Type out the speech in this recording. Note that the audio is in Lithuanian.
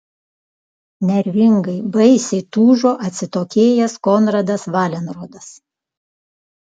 nervingai baisiai tūžo atsitokėjęs konradas valenrodas